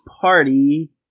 party